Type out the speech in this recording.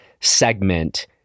segment